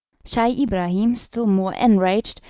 scheih ibrahim, still more enraged,